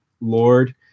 lord